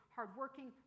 Hardworking